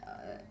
uh